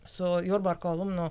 su jurbarko alumnų